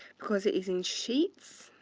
because it is in sheets,